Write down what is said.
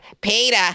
Peter